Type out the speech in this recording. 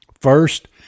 First